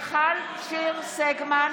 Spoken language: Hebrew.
מיכל שיר סגמן,